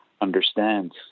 understand